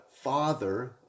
father